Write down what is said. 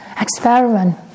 experiment